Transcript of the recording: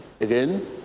Again